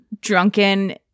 drunken